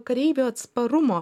kareivių atsparumo